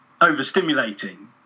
overstimulating